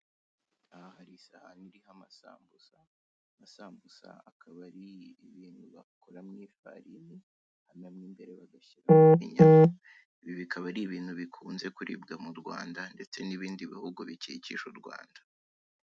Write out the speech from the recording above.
Aha hari isahani iriho amasambusa amasambusa akaba ari ibintu bakora mu ifarini hanyuma imbere bagashyira inyama ibi bikaba ari ibintu bikunze kuribwa mu Rwanda ndetse n'ibindi bihugu bikikije u Rwanda.